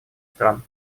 стран